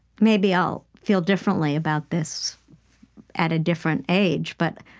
maybe i'll feel differently about this at a different age, but,